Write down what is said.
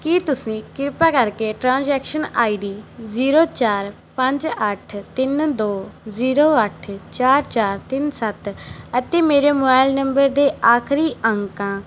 ਕੀ ਤੁਸੀਂ ਕਿਰਪਾ ਕਰਕੇ ਟ੍ਰਾਂਜੈਕਸ਼ਨ ਆਈਡੀ ਜ਼ੀਰੋ ਚਾਰ ਪੰਜ ਅੱਠ ਤਿੰਨ ਦੋ ਜ਼ੀਰੋ ਅੱਠ ਚਾਰ ਚਾਰ ਤਿੰਨ ਸੱਤ ਅਤੇ ਮੇਰੇ ਮੋਬਾਈਲ ਨੰਬਰ ਦੇ ਆਖਰੀ ਅੰਕਾਂ